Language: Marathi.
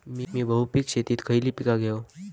मी बहुपिक शेतीत खयली पीका घेव?